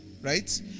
Right